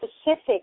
specific